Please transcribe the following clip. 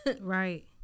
Right